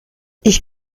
ich